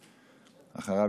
ואחריו,